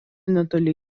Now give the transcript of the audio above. netoli